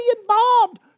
involved